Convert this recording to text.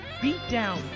beatdown